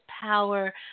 power